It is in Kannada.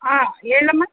ಹಾಂ ಹೇಳಮ್ಮ